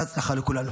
בהצלחה לכולנו.